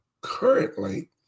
currently